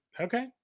Okay